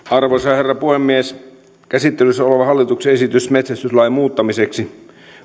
arvoisa herra puhemies käsittelyssä oleva hallituksen esitys metsästyslain muuttamiseksi